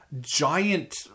giant